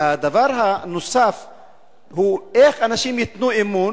הדבר הנוסף הוא: איך אנשים ייתנו אמון